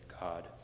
God